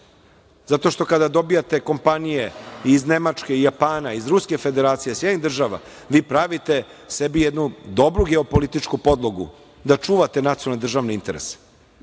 zato što kada dobijate kompanije iz Nemačke i Japana, iz Ruske Federacije, Sjedinjenih Država, vi pravite sebi jednu dobru geopolitičku podlogu da čuvate nacionalne državne interese. Ja